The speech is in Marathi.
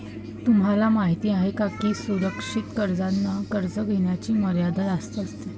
तुम्हाला माहिती आहे का की सुरक्षित कर्जांना कर्ज घेण्याची मर्यादा जास्त असते